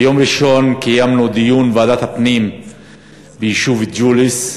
ביום ראשון קיימנו דיון של ועדת הפנים ביישוב ג'וליס.